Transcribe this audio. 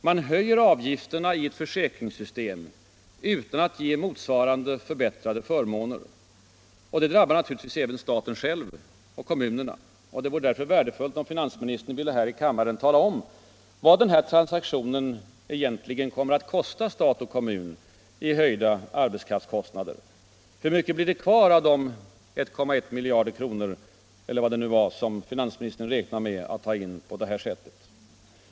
Man höjer avgifterna i ett försäkringssystem utan att ge motsvarande förbättrade förmåner. Det drabbar naturligtvis staten själv och kommunerna. Det vore därför värdefullt om finansministern här i kammaren kunde redovisa vad denna transaktion egentligen kommer att kosta stat och kommun i höjda arbetskraftskostnader. Hur mycket blir det kvar av de 1,1 miljarder kronor, eller vad det nu var, som finansministern räknat med att ta in på det här sättet?